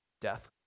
death